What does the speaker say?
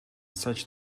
such